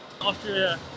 Austria